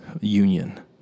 union